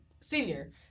senior